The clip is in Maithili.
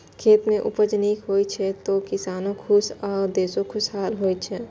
खेत मे उपज नीक होइ छै, तो किसानो खुश आ देशो खुशहाल होइ छै